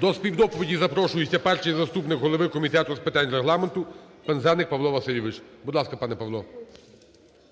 До співдоповіді запрошується перший заступник голови Комітету з питань Регламенту Пинзеник Павло Васильович. Будь ласка, пане Павло.